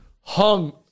hung